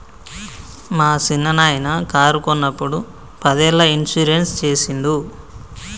మా సిన్ననాయిన కారు కొన్నప్పుడు పదేళ్ళ ఇన్సూరెన్స్ సేసిండు